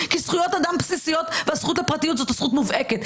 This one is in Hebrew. כי זכויות אדם בסיסיות והזכות לפרטיות זאת זכות מובהקת.